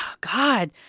God